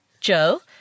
Joe